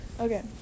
okay